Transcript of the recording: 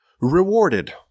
rewarded